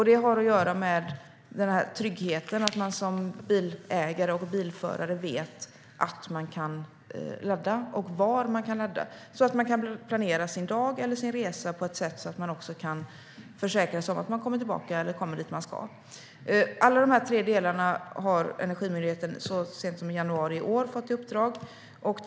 Det har att göra med tryggheten att man som bilägare och bilförare vet att och var man kan ladda så att man kan planera sin dag eller sin resa på ett sätt så att man kan försäkra sig om att man kommer tillbaka eller kommer dit man ska. Alla de här tre delarna har Energimyndigheten så sent som i januari i år fått i uppdrag att samordna.